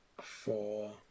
four